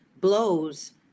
blows